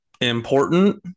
important